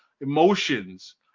emotions